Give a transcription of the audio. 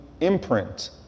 imprint